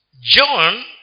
John